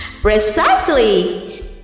Precisely